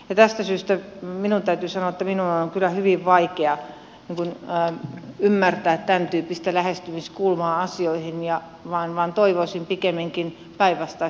tästä syystä minun täytyy sanoa että minun on kyllä hyvin vaikea ymmärtää tämäntyyppistä lähestymiskulmaa asioihin vaan toivoisin pikemminkin päinvastaista suuntaa